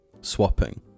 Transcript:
Swapping